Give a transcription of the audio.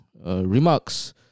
Remarks